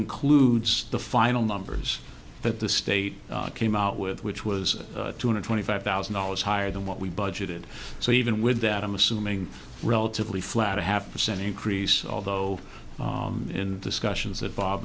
includes the final numbers that the state came out with which was two hundred twenty five thousand dollars higher than what we budgeted so even with that i'm assuming relatively flat a half percent increase although in discussions that